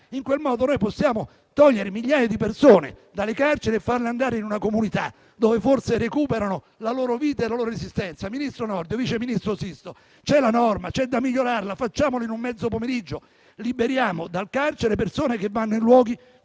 in quel modo noi possiamo togliere migliaia di persone dalle carceri e farle andare in una comunità dove forse recuperano la loro vita e la loro resistenza. Ministro Nordio, vice ministro Sisto, c'è la norma, ma c'è da migliorarla. Facciamolo in un mezzo pomeriggio e liberiamo dal carcere persone che possano andare in luoghi